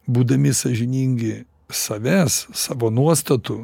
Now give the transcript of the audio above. būdami sąžiningi savęs savo nuostatų